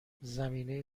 زمینه